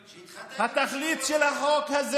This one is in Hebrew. שיתחתנו.